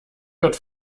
wird